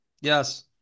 Yes